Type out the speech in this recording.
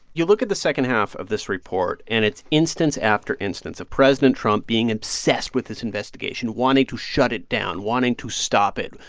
you look at the second half of this report, and it's instance after instance of president trump being obsessed with this investigation, wanting to shut it down, wanting to stop it,